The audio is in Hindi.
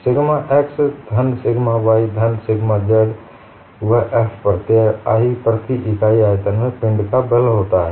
सिग्मा x धन सिग्मा y धन सिग्मा z व F प्रत्यय i प्रति इकाई आयतन में पिंड का बल होता है